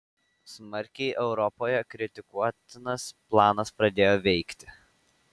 smarkiai europoje kritikuotinas planas pradėjo veikti